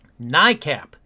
NICAP